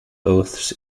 oaths